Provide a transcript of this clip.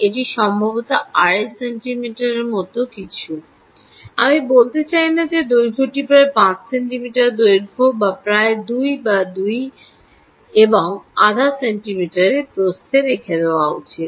এটি সম্ভবত আড়াই সেন্টিমিটারের মতো কিছু আমি বলতে চাই না যে দৈর্ঘ্যটি প্রায় 5 সেন্টিমিটার দৈর্ঘ্যে এবং প্রায় 2 বা 2 এবং আধা সেন্টিমিটারের প্রস্থে রেখে দেওয়া উচিত